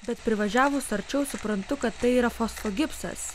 bet privažiavus arčiau suprantu kad tai yra fosfo gipsas